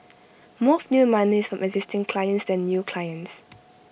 more of new money is from existing clients than new clients